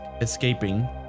escaping